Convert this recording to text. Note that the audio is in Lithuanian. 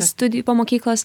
studijų po mokyklos